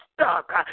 stuck